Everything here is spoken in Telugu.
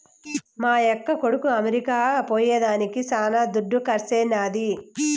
మా యక్క కొడుకు అమెరికా పోయేదానికి శానా దుడ్డు కర్సైనాది